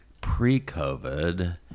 pre-COVID